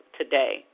today